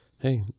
Hey